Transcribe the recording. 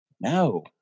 no